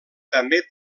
també